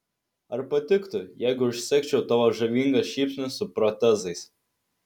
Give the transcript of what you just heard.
ar patiktų jeigu užsegčiau tavo žavingą šypsnį su protezais